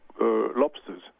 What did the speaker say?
lobsters